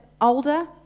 older